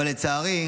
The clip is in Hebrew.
אבל לצערי,